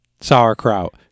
sauerkraut